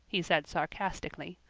he said sarcastically.